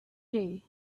day